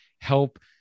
help